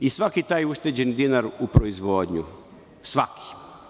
I svaki taj ušteđeni dinar u proizvodnju, svaki.